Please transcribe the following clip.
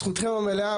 זכותכם המלאה.